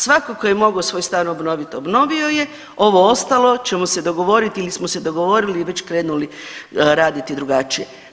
Svatko tko je mogao svoj stan obnovit obnovio je, ovo ostalo ćemo se dogovoriti ili smo se dogovorili i već krenuli raditi drugačije.